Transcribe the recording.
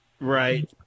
Right